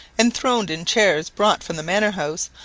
enthroned in chairs brought from the manor-house,